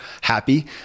happy